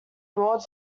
board